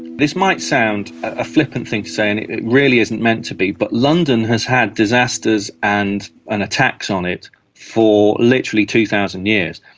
this might sound a flippant thing to say and it and it really isn't meant to be, but london has had disasters and and attacks on it for literally two thousand years.